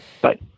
Bye